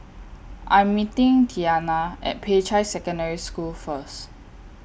I'm meeting Tiana At Peicai Secondary School First